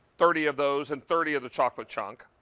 thirty of those and thirty of the chocolate chunk.